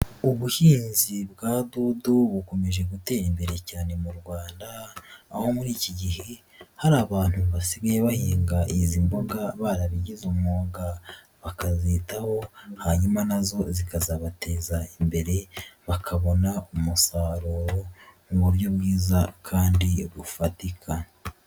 Ubuhinzi bwa bodo bukomeje gutera imbere cyane mu Rwanda aho muri iki gihe hari abantu basigaye bahinga izi mboga barabigize umwuga bakazitaho hanyuma na zo zikazabateza imbere bakabona umusaruro mu buryo bwiza kandi bufatika.